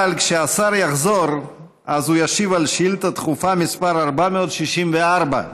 כשהשר יחזור הוא ישיב על שאילתה דחופה מס' 464,